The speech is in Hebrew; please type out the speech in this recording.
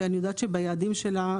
ואני יודעת שביעדים שלה,